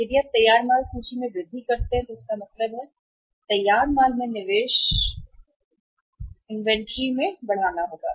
यदि आप तैयार माल सूची में वृद्धि करते हैं तो इसका मतलब है कि तैयार माल में निवेश इन्वेंट्री बढ़ानी होगी